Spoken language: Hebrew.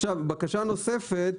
עכשיו בקשה נוספת,